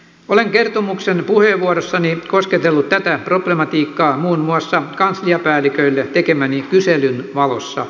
olen kertomuksen puheenvuorossani kosketellut tätä problematiikkaa muun muassa kansliapäälliköille tekemäni kyselyn valossa